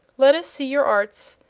let us see your arts,